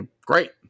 great